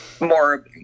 more